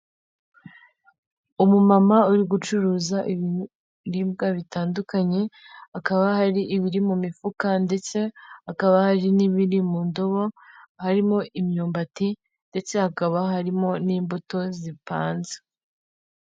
Umumama uri gucuruza ibiribwa bitandukanye, hakaba hari ibiri mu mifuka ndetse hakaba hari n'ibiri mu ndobo, harimo imyumbati ndetse hakaba harimo n'imbuto zipanze.